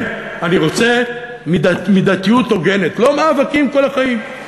כן, אני רוצה מידתיות הוגנת, לא מאבקים כל החיים.